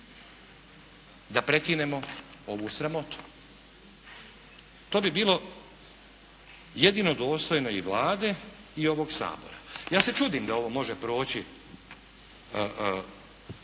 da prekinemo ovu sramotu. To bi bilo jedino dostojno i Vlade i ovog Sabora. Ja se čudim da ovo može proći